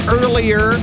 earlier